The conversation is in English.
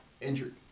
Injured